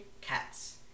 Cats